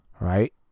right